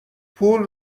پول